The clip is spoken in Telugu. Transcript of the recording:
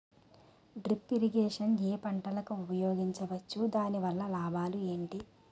డ్రిప్ ఇరిగేషన్ ఏ పంటలకు ఉపయోగించవచ్చు? దాని వల్ల లాభాలు ఏంటి?